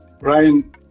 Ryan